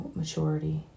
maturity